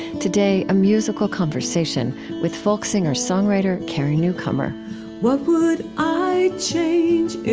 today a musical conversation with folk singer-songwriter carrie newcomer what would i change if